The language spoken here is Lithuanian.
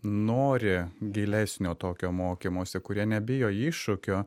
nori gilesnio tokio mokymosi kurie nebijo iššūkių